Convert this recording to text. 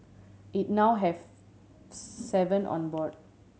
it now have seven on board